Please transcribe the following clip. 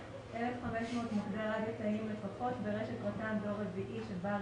- 1,500 מוקדי רדיו תאיים לפחות ברשת רט"ן דור רביעי של בעל